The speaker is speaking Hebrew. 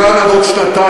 מכאן עד עוד שנתיים.